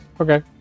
Okay